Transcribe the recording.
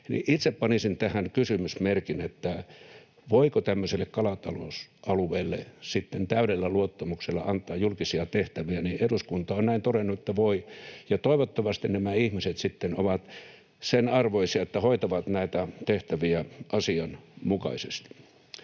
itse panisin tähän kysymysmerkin, että voiko tämmöiselle kalatalousalueelle sitten täydellä luottamuksella antaa julkisia tehtäviä. Eduskunta on todennut, että voi, ja toivottavasti nämä ihmiset sitten ovat sen arvoisia, että hoitavat näitä tehtäviä asianmukaisesti.